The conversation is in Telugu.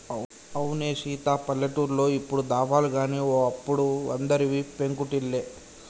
అవునే సీత పల్లెటూర్లో ఇప్పుడు దాబాలు గాని ఓ అప్పుడు అందరివి పెంకుటిల్లే